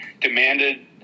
demanded